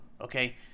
okay